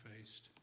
faced